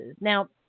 Now